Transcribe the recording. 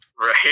Right